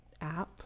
app